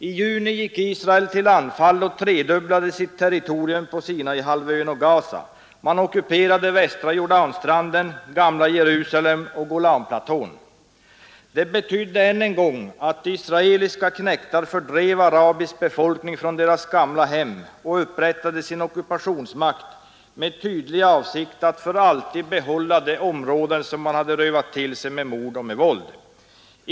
I juni gick Israel till anfall och tredubblade sitt territorium på Sinaihalvön och i Gaza, man ockuperade västra Jordanstranden, gamla Jerusalem och Golanplatån. Det betydde än en gång att israeliska knektar fördrev arabisk befolkning från dess gamla hem och upprättade sin ockupationsmakt med tydlig avsikt att för alltid behålla de områden som man hade rövat till sig med mord och våld.